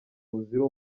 buzira